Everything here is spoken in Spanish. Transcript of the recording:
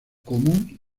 común